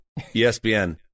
ESPN